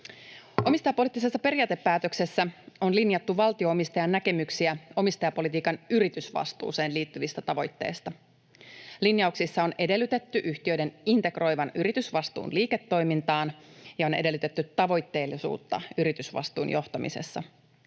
Omistajapoliittisessa periaatepäätöksessä on linjattu valtio-omistajan näkemyksiä omistajapolitiikan yritysvastuuseen liittyvistä tavoitteista. Linjauksissa on edellytetty yhtiöiden integroivan yritysvastuun liiketoimintaan ja on edellytetty tavoitteellisuutta yritysvastuun johtamisessa.